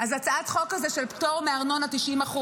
הצעת החוק הזו של פטור מארנונה 90%